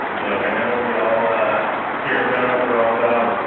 look, i know we all here at donut, we're all about